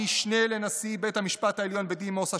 המשנה לנשיא בית המשפט העליון בדימוס,